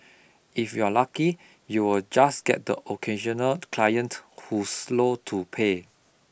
if you're lucky you'll just get the occasional client who's slow to pay